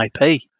IP